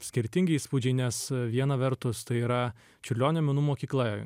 skirtingi įspūdžiai nes viena vertus tai yra čiurlionio menų mokykla